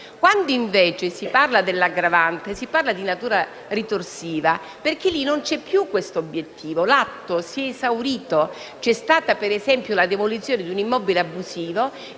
Quando, invece, si parla di aggravante, si parla di natura ritorsiva perché in tal caso non c'è più questo obiettivo. L'atto si è esaurito. Vi è stata, ad esempio, la demolizione di un immobile abusivo.